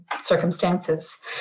circumstances